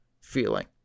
feeling